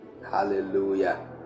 Hallelujah